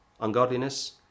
ungodliness